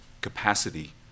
capacity